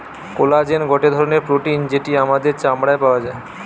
collagen গটে ধরণের protein যেটি আমাদের চামড়ায় পাওয়া যায়